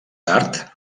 tard